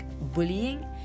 bullying